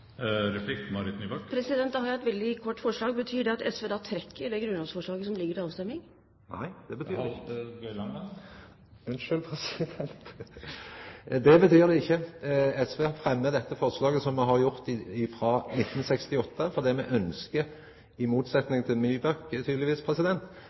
Da har jeg et veldig kort forslag: Betyr det da at SV trekker det grunnlovsforslaget som ligger til avstemning? Nei, det betyr det ikkje. SV fremjar dette forslaget, som me har gjort sidan 1968, fordi me ønskjer – tydelegvis i motsetning til Nybakk – å ha eit system i